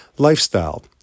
lifestyle